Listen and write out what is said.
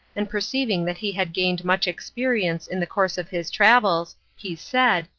and perceiving that he had gained much experience in the course of his travels, he said,